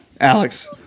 Alex